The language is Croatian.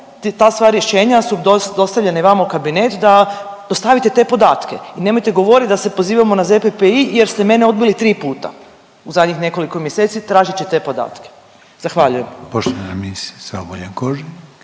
ta sva rješenja su dostavljena i vama u kabinet da dostavite te podatke i nemojte govoriti da se pozivamo na ZPPI jer ste mene odbili tri puta u zadnjih nekoliko mjeseci tražeći te podatke, zahvaljujem. **Reiner, Željko